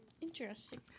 interesting